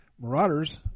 Marauders